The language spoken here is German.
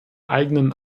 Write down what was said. eigenen